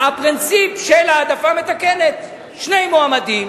הפרינציפ של העדפה מתקנת: שני מועמדים,